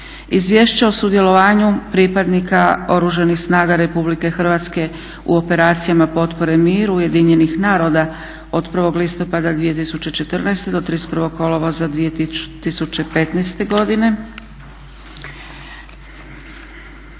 Izvješće o sudjelovanju pripadnika Oružanih snaga RH u operacijama potpore miru UN-a od 1.listopada 2014. do 31.kolovoza 2015. godine,